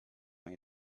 made